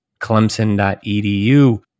Clemson.edu